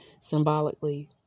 symbolically